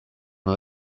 una